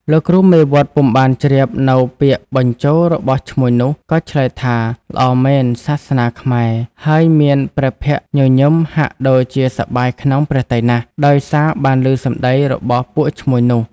លោកគ្រូមេវត្តពុំបានជ្រាបនូវពាក្យបញ្ជោររបស់ឈ្មួញនោះ ក៏ឆ្លើយថា "ល្អមែន! សាសនាខ្មែរ" ហើយមានព្រះភក្ត្រញញឹមហាក់ដូចជាសប្បាយក្នុងព្រះទ័យណាស់ ដោយសារបានឮសំដីរបស់ពួកឈ្មួញនោះ។